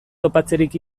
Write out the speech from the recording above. topatzerik